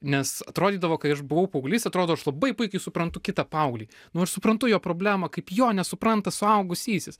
nes atrodydavo kai aš buvau paauglys atrodo aš labai puikiai suprantu kitą paauglį nu aš suprantu jo problemą kaip jo nesupranta suaugusysis